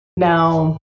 Now